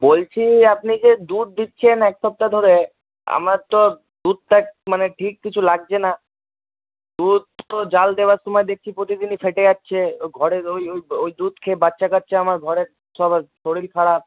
বলছি আপনি যে দুধ দিচ্ছেন এক সপ্তাহ ধরে আমার তো দুধটা মানে ঠিক কিছু লাগছে না দুধতো জাল দেওয়ার সময় দেখছি প্রতিদিনই ফেটে যাচ্ছে ঘরের ওই ওই ওই দুধ খেয়ে ঘরের বাচ্চা কাচ্চা আমার ঘরের সবার শরীর খারাপ